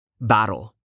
Battle